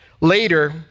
Later